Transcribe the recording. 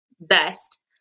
best